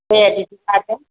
दे बिदिब्ला